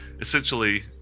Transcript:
essentially